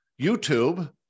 YouTube